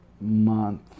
month